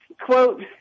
quote